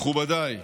מכובדיי,